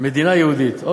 מדינה יהודית.